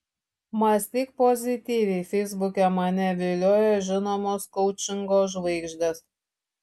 mąstyk pozityviai feisbuke mane vilioja žinomos koučingo žvaigždės